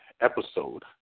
episode